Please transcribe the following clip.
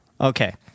Okay